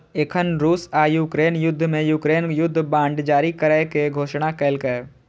एखन रूस आ यूक्रेन युद्ध मे यूक्रेन युद्ध बांड जारी करै के घोषणा केलकैए